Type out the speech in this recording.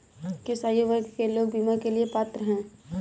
किस आयु वर्ग के लोग बीमा के लिए पात्र हैं?